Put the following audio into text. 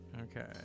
Okay